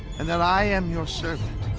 and that i am your servant.